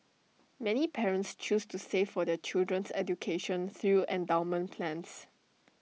many parents choose to save for their children's education through endowment plans